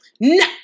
no